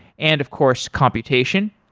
and of course, computation.